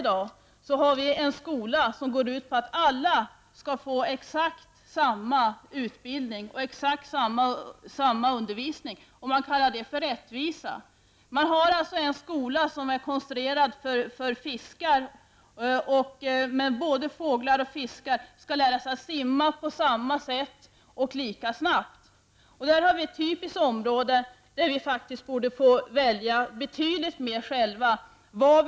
Dagens skola går ut på att ge alla exakt samma utbildning och exakt samma undervisning. Det kallar man för rättvisa. Tänk er en skola konstruerad för fiskar där både fåglar och fiskar skall lära sig simma på samma sätt och lika snabbt. Skolan är ett typiskt område där vi själva betydligt mer borde få välja vad vi vill lära oss.